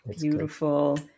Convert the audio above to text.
Beautiful